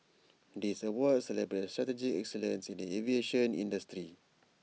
this awards celebrate strategic excellence in the aviation industry